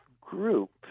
group